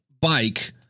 bike